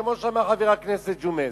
כמו שאמר חבר הכנסת ג'ומס,